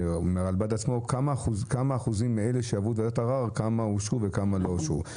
מנציגי המרב"ד לומר מה האחוז של אלה שעברו ועדת ערר שאושרו או לא אושרו.